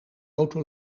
auto